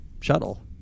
shuttle